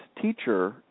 teacher